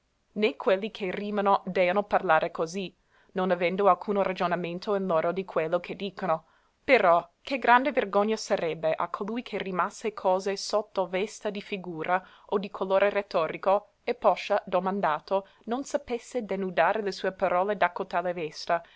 né quelli che rìmano dèono parlare così non avendo alcuno ragionamento in loro di quello che dicono però che grande vergogna sarebbe a colui che rimasse cose sotto vesta di figura o di colore rettorico e poscia domandato non sapesse denudare le sue parole da cotale vesta